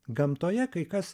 gamtoje kai kas